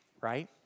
right